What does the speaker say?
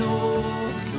North